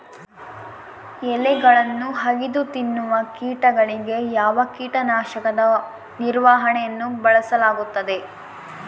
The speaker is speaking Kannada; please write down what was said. ಎಲೆಗಳನ್ನು ಅಗಿದು ತಿನ್ನುವ ಕೇಟಗಳಿಗೆ ಯಾವ ಕೇಟನಾಶಕದ ನಿರ್ವಹಣೆಯನ್ನು ಬಳಸಲಾಗುತ್ತದೆ?